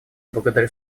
благодарю